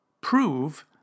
prove